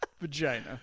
vagina